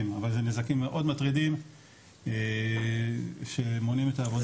אבל זה נזקים מאוד מטרידים שמונעים את העבודה הסדירה.